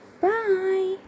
bye